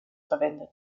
verwendet